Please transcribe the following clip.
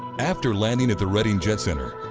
after landing at the redding jet center,